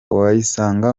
wayisanga